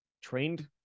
trained